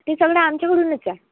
ती सगळं आमच्याकडूनच आहे